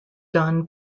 done